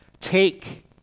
take